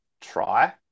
try